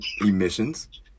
emissions